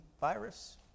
virus